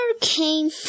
came